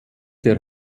der